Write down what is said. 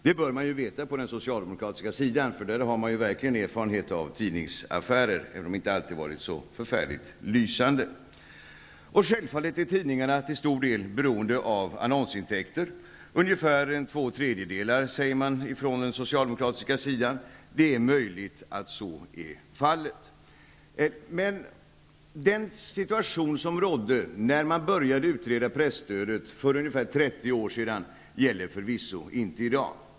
Det bör man veta på den socialdemokratiska sidan, för där har man verkligen erfarenhet av tidningsaffärer, även om de inte alltid har varit så förfärligt lysande. Självfallet är tidningarna till stor del beroende av annonsintäkter -- till ungefär två tredjedelar, sägs det från den socialdemokratiska sidan. Det är möjligt att så är fallet. Men den situation som rådde när man började utreda presstödet för ungefär 30 år sedan gäller förvisso inte i dag.